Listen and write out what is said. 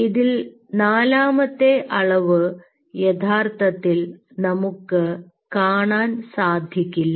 ഇതിൽ നാലാമത്തെ അളവ് യഥാർത്ഥത്തിൽ നമുക്ക് കാണാൻ സാധിക്കില്ല